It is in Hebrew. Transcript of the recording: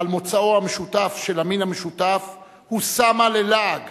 על מוצאו המשותף של המין האנושי הושמה ללעג